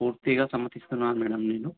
పూర్తిగా సమ్మతిస్తున్నాను మేడం నేను